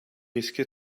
risque